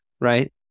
right